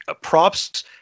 props